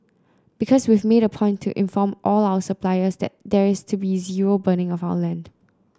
because we've made a point to inform all our suppliers that there is to be zero burning of our land